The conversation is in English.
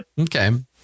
Okay